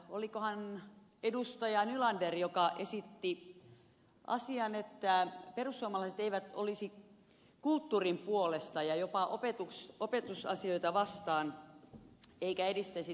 olikohan se edustaja nylander joka esitti asian että perussuomalaiset eivät olisi kulttuurin puolesta ja olisivat jopa opetusasioita vastaan eivätkä edistäisi tätä puolta